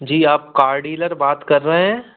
जी आप car dealer बात कर रहे हैं